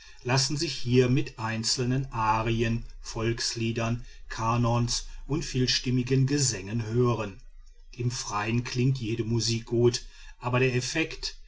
lassen sich hier mit einzelnen arien volksliedern kanons und vielstimmigen gesängen hören im freien klingt jede musik gut aber der effekt